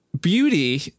beauty